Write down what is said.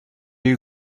you